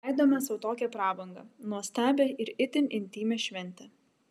leidome sau tokią prabangą nuostabią ir itin intymią šventę